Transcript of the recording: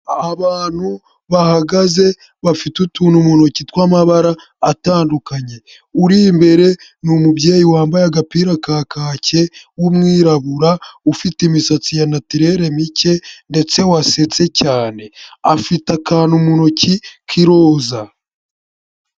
Aha abantu bahagaze bafite utuntu mu ntoki tw'amabara atandukanye uri imbere ni umubyeyi wambaye agapira ka kaki w'umwirabura ufite imisatsi ya natulere mike ndetse wasetse cyane afite akantu mu ntoki k'iroza.